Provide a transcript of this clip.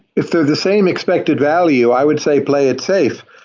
if they're the same expected value, i would say play it safe.